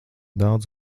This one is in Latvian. daudz